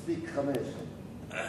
מספיק חמש דקות.